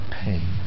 pain